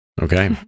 Okay